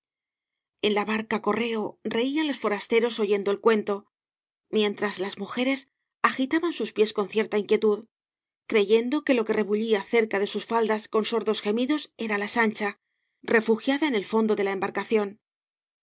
la barca correo reían los forasteros oyendo el cuento mientras las mujeres agitaban sus pies con cierta inquietud creyendo que lo que rebullía cerca de sus faldas con sordos gemidos era la sancha refugiada en el fondo de la embarcación